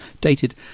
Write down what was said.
dated